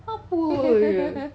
apa dia